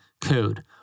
code